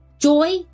Joy